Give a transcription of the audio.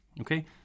Okay